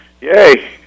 yay